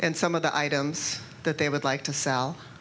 and some of the items that they would like to sell